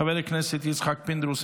חבר הכנסת יצחק פינדרוס,